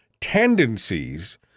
tendencies